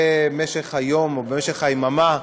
במשך היום או במשך היממה,